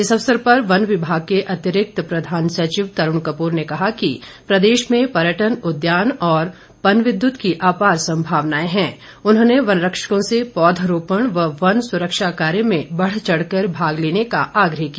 इस अवसर पर वन विभाग के अतिरिक्त प्रधान सचिव तरूण कपूर ने कहा कि प्रदेश में पर्यटन उद्यान और पनविद्युत की अपार संभावनाएं उन्होंने वन रक्षकों से पौध रोपण व वन सुरक्षा कार्य में बढ़चढ़ कर भाग लेने का आग्रह किया